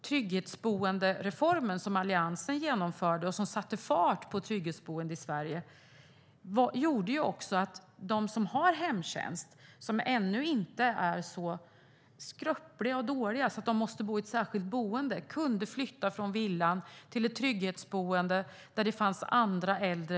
Trygghetsboendereformen, som Alliansen genomförde och som satte fart på trygghetsboenden i Sverige, gjorde att de som har hemtjänst - de som ännu inte är så skröpliga och dåliga att de måste bo i ett särskilt boende - kunde flytta från villan till ett trygghetsboende där det finns andra äldre.